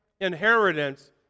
inheritance